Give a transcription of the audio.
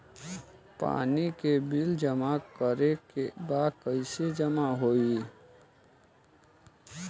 पानी के बिल जमा करे के बा कैसे जमा होई?